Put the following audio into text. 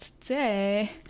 today